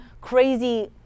crazy